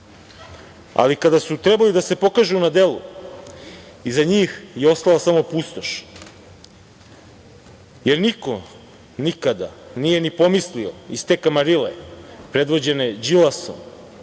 ali kada su trebali da se pokažu na delu, iza njih je ostala samo pustoš, jer niko nikada nije ni pomislio iz te kamarile predvođene Đilasom,